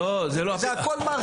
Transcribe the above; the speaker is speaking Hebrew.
זה הכל מרגי.